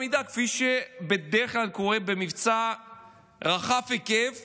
מידה כפי שבדרך כלל קורה במבצע רחב היקף